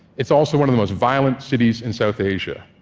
it's also one of the most violent cities in south asia.